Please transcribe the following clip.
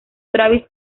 travis